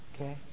Okay